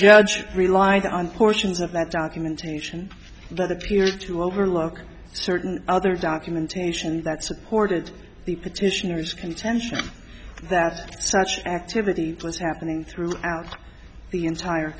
judge relied on portions of that documentation that appeared to overlook certain other documentation that supported the petitioners contention that such activity was happening throughout the entire